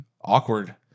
awkward